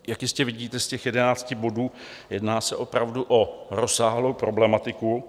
Jak jistě vidíte z těch jedenácti bodů, jedná se opravdu o rozsáhlou problematiku.